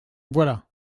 voilà